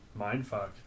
Mindfuck